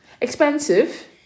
Expensive